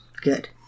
Good